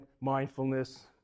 mindfulness